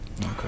Okay